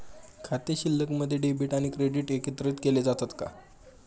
खाते शिल्लकमध्ये डेबिट आणि क्रेडिट एकत्रित केले जातात का?